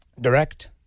direct